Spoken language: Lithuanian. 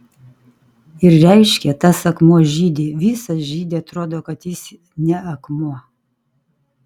ir reiškia tas akmuo žydi visas žydi atrodo kad jis ne akmuo